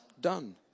done